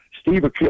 Steve